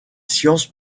sciences